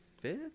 fifth